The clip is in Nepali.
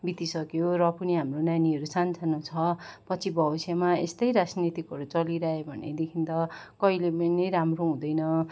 बितिसक्यो र पनि हाम्रो नानीहरू सान सानो छ पछि भविष्यमा यस्तै राजनीतिहरू चलिरह्यो भनेदेखिन् त कहिले पेनी राम्रो हुँदैन